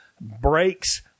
breaks